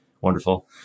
wonderful